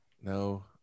No